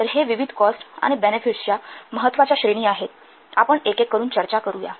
तर हे विविध कॉस्ट आणि बेनेफिट्सच्या महत्वाच्या श्रेणी आहेत आपण एक एक करून चर्चा करूया